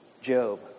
Job